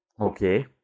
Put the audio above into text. Okay